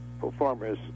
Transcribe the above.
performers